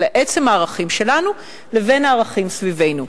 אלא עצם הערכים שלנו לעומת הערכים סביבנו.